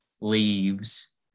leaves